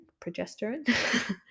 progesterone